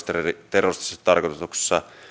terroristisessa tarkoituksessa